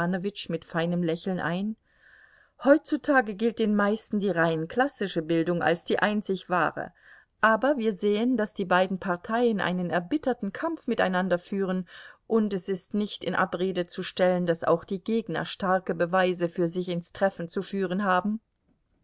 mit einem feinen lächeln ein heutzutage gilt den meisten die rein klassische bildung als die einzig wahre aber wir sehen daß die beiden parteien einen erbitterten kampf miteinander führen und es ist nicht in abrede zu stellen daß auch die gegner starke beweise für sich ins treffen zu führen haben